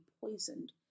poisoned